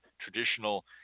traditional